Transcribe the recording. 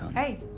hey.